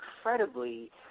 incredibly